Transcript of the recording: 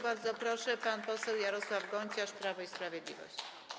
Bardzo proszę, pan poseł Jarosław Gonciarz, Prawo i Sprawiedliwość.